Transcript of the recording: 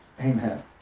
Amen